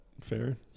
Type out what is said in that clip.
fair